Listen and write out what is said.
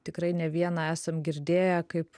tikrai ne vieną esam girdėję kaip